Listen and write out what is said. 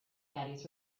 caddies